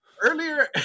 earlier